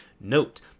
Note